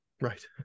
Right